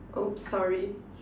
oops sorry